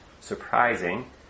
surprising